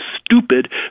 stupid